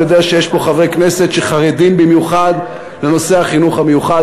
אני יודע שיש פה חברי כנסת שחרדים במיוחד לנושא החינוך המיוחד,